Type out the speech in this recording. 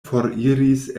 foriris